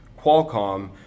Qualcomm